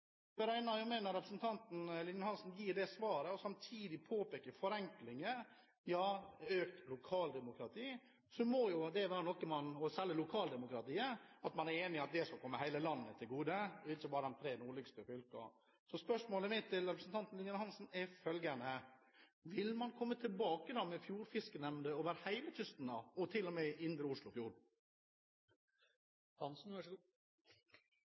representanten Lillian Hansen gir det svaret og samtidig påpeker forenklinger og økt lokaldemokrati, må det – særlig det om lokaldemokratiet – være noe man er enig om skal komme hele landet til gode, ikke bare de tre nordligste fylkene. Spørsmålet mitt til representanten Lillian Hansen er følgende: Vil man komme tilbake med fjordfiskenemnder over hele kysten, til og med i Indre